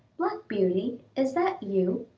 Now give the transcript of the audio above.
black beauty, is that you?